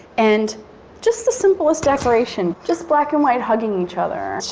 and just the simplest decoration. just black and white hugging each other.